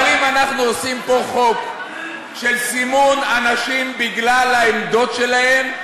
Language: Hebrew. אבל אם אנחנו עושים פה חוק של סימון אנשים בגלל העמדות שלהם,